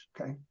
okay